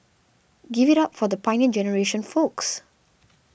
give it up for the Pioneer Generation folks